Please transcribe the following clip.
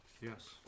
Yes